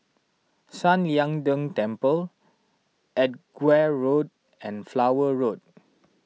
San Lian Deng Temple Edgware Road and Flower Road